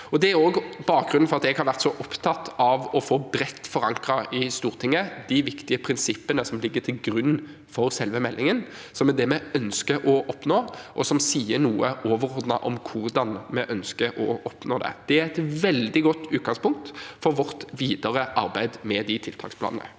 Det er også bakgrunnen for at jeg har vært så opptatt av å få bredt forankret i Stortinget de viktige prinsippene som ligger til grunn for selve meldingen, som er det vi ønsker å oppnå, og som sier noe overordnet om hvordan vi ønsker å oppnå det. Det er et veldig godt utgangspunkt for vårt videre arbeid med de tiltaksplanene.